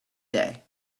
day